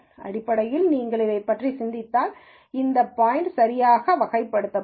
எனவே அடிப்படையில் நீங்கள் இதைப் பற்றி சிந்தித்தால் இந்த பாயிண்ட் சரியாக வகைப்படுத்தப்படும்